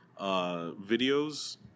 videos